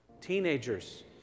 teenagers